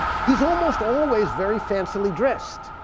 he's almost always very fancily dressed,